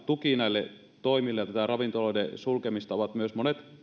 tuki näille toimille tätä ravintoloiden sulkemista ovat myös monet